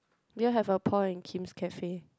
we all have a point Kim's cafe